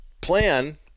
plan